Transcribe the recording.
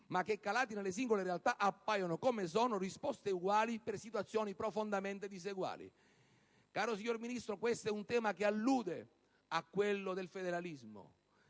ma che calati nelle singole realtà appaiono, come sono, risposte uguali per situazioni profondamente diseguali. Cara signora Ministro, questo è un tema che allude a quello del federalismo: